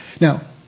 Now